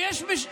אבל יש תחושה,